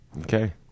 okay